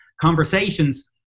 Conversations